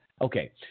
okay